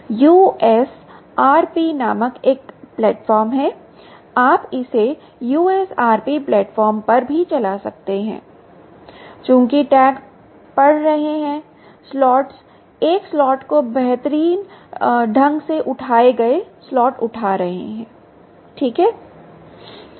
USRP नामक एक platform है आप इसे यूएसआरपी प्लेटफॉर्म पर चला सकते हैं कि चूंकि टैग पढ़ रहे हैं स्लॉट्स एक स्लॉट को बेतरतीब ढंग से उठाए गए स्लॉट उठा रहे हैं ठीक है